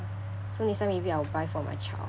so next time maybe I'll buy for my child